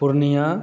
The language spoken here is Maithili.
पुर्णिया